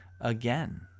again